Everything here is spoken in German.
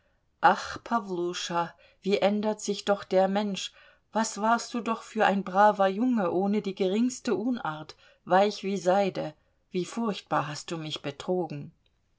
ach pawluscha wie ändert sich doch der mensch was warst du doch für ein braver junge ohne die geringste unart weich wie seide wie furchtbar hast du mich betrogen